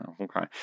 okay